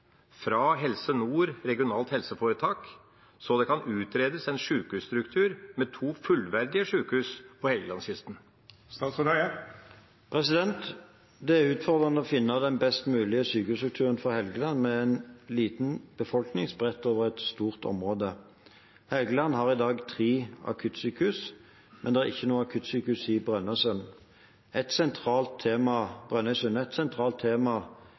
fra Helse Nord RHF, så det kan utredes en sykehusstruktur med to fullverdige sykehus på Helgelandskysten?» Det er utfordrende å finne den best mulige sykehusstrukturen for Helgeland, som har en liten befolkning spredt over et stort område. Helgeland har i dag tre akuttsykehus, men det er ikke noe akuttsykehus i Brønnøysund. Et sentralt tema i alle de alternativene som diskuteres, er nettopp å bygge opp et